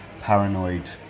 paranoid